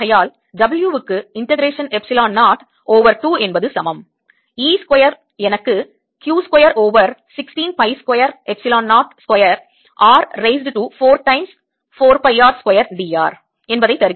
ஆகையால் W க்கு integration epsilon 0 over 2 என்பது சமம் E ஸ்கொயர் எனக்கு Q square over 16 pi square epsilon 0 square r raised to 4 times 4 pi r square dr